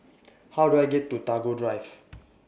How Do I get to Tagore Drive